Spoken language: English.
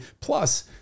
plus